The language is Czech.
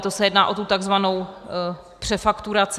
To se jedná o tu takzvanou přefakturaci.